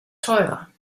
teurer